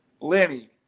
Lenny